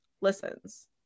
listens